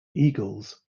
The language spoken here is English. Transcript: eagles